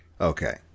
Okay